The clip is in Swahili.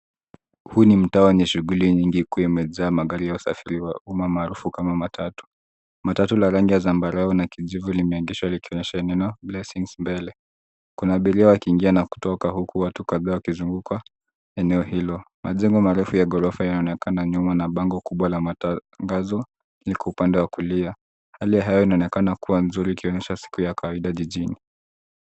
Huu ni mtaa wenye shughuli nyingi ikiwa imejaa magari ya usafiri wa umma maarufu kama matatu. Matatu ya rangi ya zambarau na kijivu limeegeshwa likionyesha neno Blessings mbele. Kuna abiria wakiingia na kutoka huku watu kadhaa wakizunguka eneo hilo. Majengo marefu ya gorofa yanaonekana nyuma na bango kubwa la matangazo liko upande wa kulia. Hali ya hewa inaonekana kuwa nzuri ikionyesha siku ya kawaida jijini.